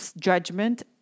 judgment